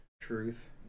Truth